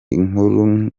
inkuru